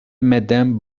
madame